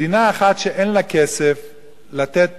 מדינה אחת שאין לה כסף לתת